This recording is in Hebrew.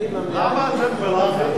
למה אתם בלחץ?